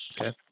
Okay